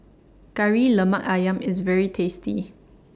Kari Lemak Ayam IS very tasty